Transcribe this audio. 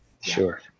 Sure